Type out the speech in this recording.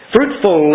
Fruitful